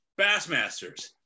Bassmasters